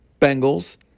Bengals